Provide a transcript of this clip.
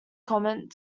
comment